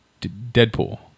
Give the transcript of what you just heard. Deadpool